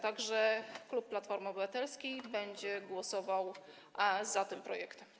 Tak że klub Platformy Obywatelskiej będzie głosował za tym projektem.